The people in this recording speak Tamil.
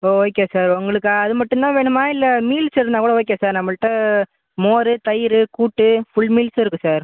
ஓ ஓகே சார் உங்களுக்கு அது மட்டும் தான் வேணுமா இல்லை மீல்ஸ் எதுன்னா கூட ஓகே சார் நம்மிடம் மோர் தயிர் கூட்டு ஃபுல் மீல்ஸும் இருக்கு சார்